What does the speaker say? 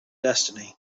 destiny